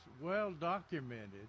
well-documented